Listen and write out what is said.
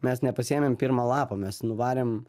mes nepasiemėm pirmą lapą mes nuvarėm